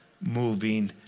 moving